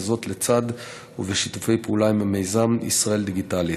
וזאת לצד ובשיתופי פעולה עם המיזם ישראל דיגיטלית.